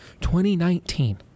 2019